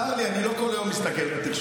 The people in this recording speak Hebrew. צר לי, אני לא כל יום מסתכל בתקשורת.